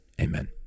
Amen